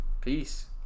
Peace